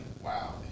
wow